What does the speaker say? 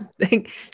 thank